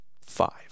five